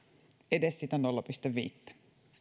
edes sitä nolla pilkku viidettä